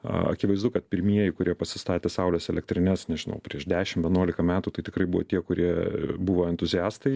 akivaizdu kad pirmieji kurie pasistatė saulės elektrines nežinau prieš dešimt vienuolika metų tai tikrai buvo tie kurie buvo entuziastai